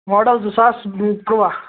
model زٕ ساس تُرٛواہ